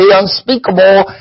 unspeakable